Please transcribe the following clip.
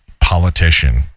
politician